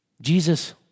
Jesus